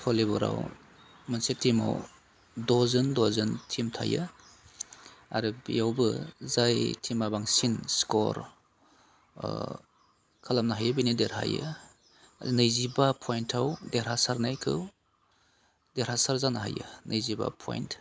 भलिबलाव मोनसे टिमाव द'जोन द'जोन टिम थायो आरो बेयावबो जाय टिमा बांसिन स्कर खालामनो हायो बेनो देरहायो नैेजिबा पयेन्टआव देरहासारनायखौ देरहासार जानो हायो नैजिबा पयेन्ट